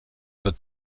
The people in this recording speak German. wird